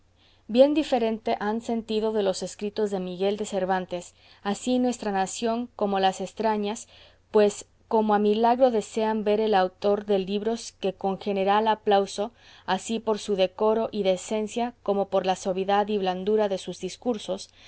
bien diferente han sentido de los escritos de miguel de cervantes así nuestra nación como las estrañas pues como a milagro desean ver el autor de libros que con general aplauso así por su decoro y decencia como por la suavidad y blandura de sus discursos